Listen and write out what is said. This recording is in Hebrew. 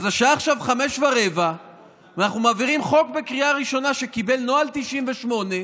השעה עכשיו 05:15 ואנחנו מעבירים חוק בקריאה ראשונה שקיבל נוהל 98,